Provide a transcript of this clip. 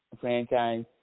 franchise